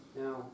Now